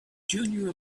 junior